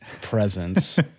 presence